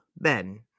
Ben